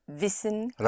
Wissen